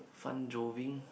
fun joving